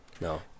No